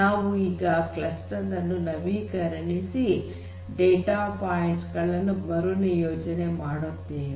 ನಾವು ಈಗ ಕ್ಲಸ್ಟರ್ ನನ್ನು ನವೀಕರಣಗೊಳಿಸಿ ಡೇಟಾ ಪಾಯಿಂಟ್ ಗಳನ್ನು ಮರುನಿಯೋಜನೆ ಮಾಡುತ್ತೇವೆ